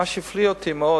מה שהפליא אותי מאוד,